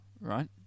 right